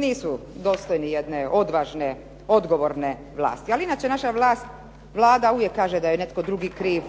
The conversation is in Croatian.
nisu dostojni jedne odvažne, odgovorne vlasti ali inače naša vlast, Vlada uvijek kaže da je netko drugi kriv,